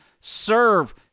serve